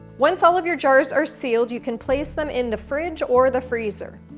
once all of your jars are sealed, you can place them in the fridge or the freezer.